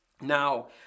Now